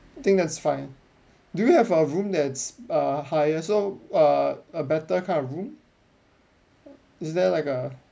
I think that's fine do you have a room that's err higher so err a better kind of room is there like a